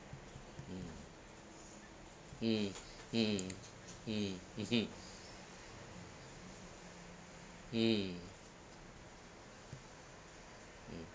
mm mm mmhmm hmm mmhmm mm mm